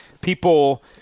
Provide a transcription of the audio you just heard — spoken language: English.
people